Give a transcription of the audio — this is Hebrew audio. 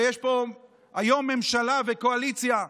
ויש פה היום ממשלה וקואליציה ציוניות,